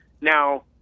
Now